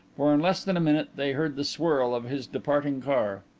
for in less than a minute they heard the swirl of his departing car.